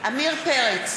עמיר פרץ,